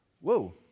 Whoa